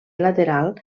lateral